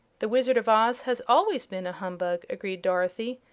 the wizard of oz has always been a humbug, agreed dorothy.